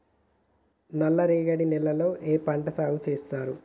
నల్లరేగడి నేలల్లో ఏ పంట సాగు చేస్తారు?